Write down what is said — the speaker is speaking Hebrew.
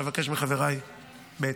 אבקש מחבריי בהתאם.